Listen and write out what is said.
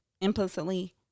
implicitly